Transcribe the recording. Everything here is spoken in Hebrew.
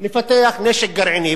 לפתח נשק גרעיני.